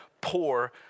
poor